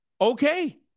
Okay